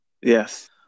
Yes